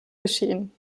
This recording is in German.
geschehen